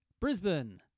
Brisbane